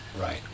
Right